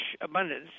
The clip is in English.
abundance